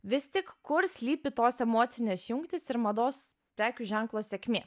vis tik kur slypi tos emocinės jungtys ir mados prekių ženklo sėkmė